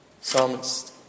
Psalmist